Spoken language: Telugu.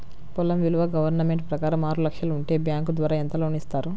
పొలం విలువ గవర్నమెంట్ ప్రకారం ఆరు లక్షలు ఉంటే బ్యాంకు ద్వారా ఎంత లోన్ ఇస్తారు?